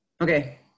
okay